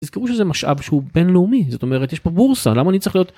זה משאב שהוא בינלאומי זאת אומרת יש פה בורסה למה אני צריך להיות.